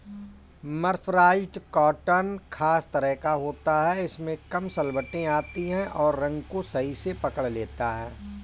mercerised cotton खास तरह का होता है इसमें कम सलवटें आती हैं और रंग को सही से पकड़ लेता है